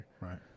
Right